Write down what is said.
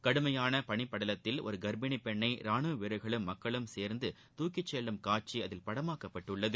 கடுமையான பனிப்படலத்தில் ஒரு கர்ப்பினிப் பெண்ணை ரானுவ வீரர்களும் மக்களும் சேர்ந்து தூக்கிச் செல்லும் காட்சி அதில் படமாக்கப்பட்டுள்ளது